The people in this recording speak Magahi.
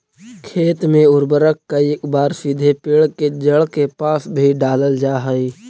खेत में उर्वरक कईक बार सीधे पेड़ के जड़ के पास भी डालल जा हइ